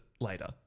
later